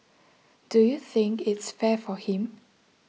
do you think its fair for him